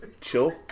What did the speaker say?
chill